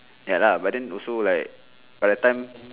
ya lah but then also like by that time